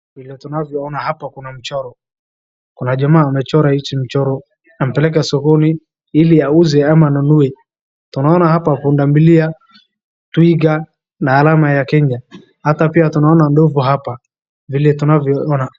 Vile tunavyoona hapo kuna mchoro, kuna jamaa amechora hichi mchoro amepeleka sokoni ili auze ama anunue, tunaona hapa pundamilia, twiga na alama ya kenya, hata pia tunaona ndovu hapa vile tunavyoona.